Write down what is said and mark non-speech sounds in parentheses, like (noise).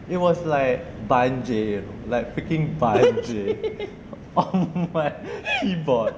it was like banjir like freaking banjir (laughs) on my keyboard